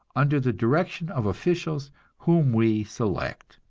under the direction of officials whom we select.